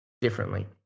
differently